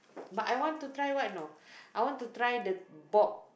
but I want to try what you know I want to try the bob